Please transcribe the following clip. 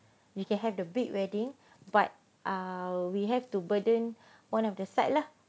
you can have the big wedding but err we have to burden one of the side lah